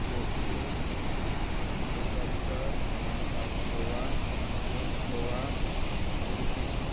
Jodhpur Amritsar south Goa north Goa Udupi